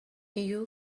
you